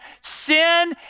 Sin